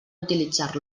utilitzar